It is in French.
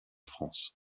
france